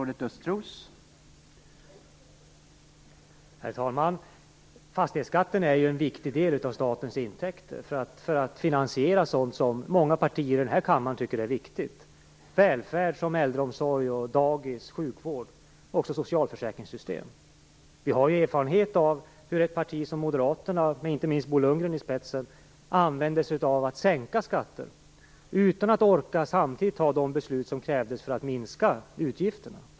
Herr talman! Fastighetsskatten är en viktig del av statens intäkter för att finansiera sådant som många partier här i kammaren tycker är viktigt, nämligen välfärd, äldreomsorg, barnomsorg, sjukvård och socialförsäkringssystemet. Vi har ju erfarenhet av hur Moderaterna med Bo Lundgren i spetsen använde sig av metoden att sänka skatter utan att orka fatta de beslut som krävdes för att minska utgifterna.